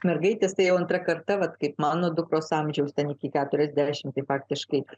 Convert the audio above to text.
mergaitės tai jau antra karta vat kaip mano dukros amžiaus ten iki keturiasdešim tai faktiškai